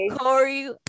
Corey